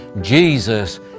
Jesus